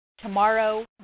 tomorrow